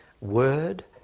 word